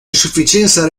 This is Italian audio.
insufficienza